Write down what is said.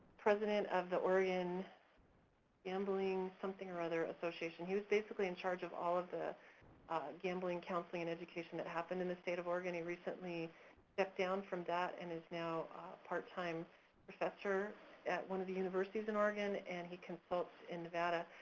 president of the oregon gambling something or other association, he was basically in charge of all of the gambling counseling and education that happened in the state of oregon. he recently stepped down from that and is now a part-time professor at one of the universities in oregon and he consults in nevada.